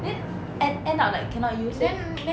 then en~ end up like cannot use then